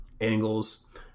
Angles